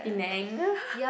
Penang